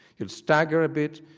you'll stagger a bit,